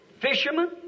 fishermen